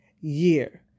year